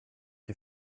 you